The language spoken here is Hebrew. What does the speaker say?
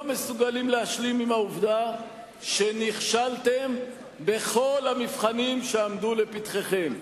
מסוגלים להשלים עם העובדה שנכשלתם בכל המבחנים שעמדו לפתחכם.